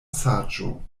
saĝo